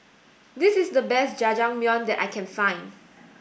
this is the best Jajangmyeon that I can find